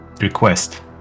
request